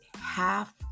half